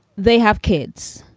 they have kids.